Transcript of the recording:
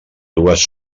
dues